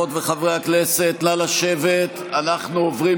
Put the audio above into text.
אנחנו עוברים